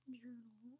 journal